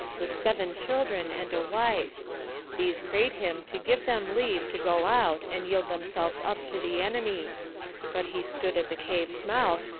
with seven children and a wife these prayed him to give them leave to go out, and yield themselves up to the enemy but he stood at the cave's mouth,